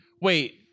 Wait